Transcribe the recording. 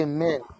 Amen